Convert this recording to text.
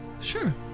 Sure